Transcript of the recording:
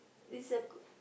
is a k`